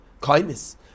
kindness